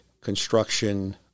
construction